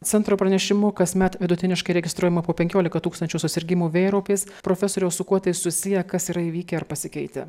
centro pranešimu kasmet vidutiniškai registruojama po penkiolika tūkstančių susirgimų vėjaraupiais profesoriau su kuo tai susiję kas yra įvykę ar pasikeitę